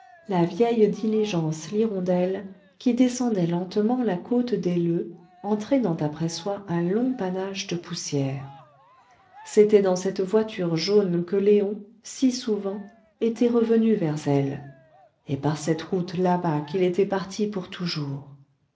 la vieille diligence l'hirondelle qui descendait lentement la côte des leux en traînant après soi un long panache de poussière c'était dans cette voiture jaune que léon si souvent était revenu vers elle et par cette route là-bas qu'il était parti pour toujours